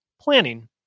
Planning